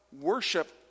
worship